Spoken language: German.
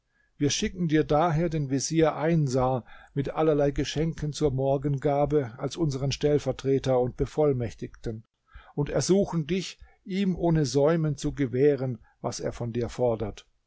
wir schicken dir daher den vezier einsar mit allerlei geschenken zur morgengabe als unseren stellvertreter und bevollmächtigten und ersuchen dich ihm ohne säumen zu gewähren was er von dir fordert